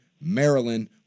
Maryland